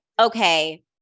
okay